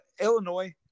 Illinois